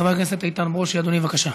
חבר הכנסת איתן ברושי, בבקשה.